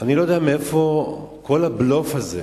אני לא יודע מאיפה כל הבלוף הזה,